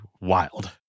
wild